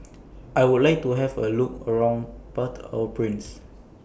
I Would like to Have A Look around Port Au Prince